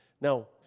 Now